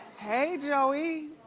hey joey.